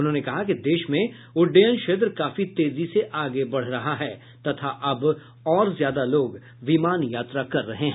उन्होंने कहा कि देश में उड्डयन क्षेत्र काफी तेजी से आगे बढ़ रहा है तथा अब और ज्यादा लोग विमान यात्रा कर रहे हैं